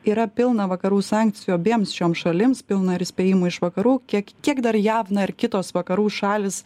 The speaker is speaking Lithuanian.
yra pilna vakarų sankcijų abiems šioms šalims pilna ir įspėjimų iš vakarų kiek kiek dar jav na ir kitos vakarų šalys